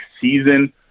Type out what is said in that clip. season